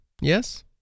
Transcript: Yes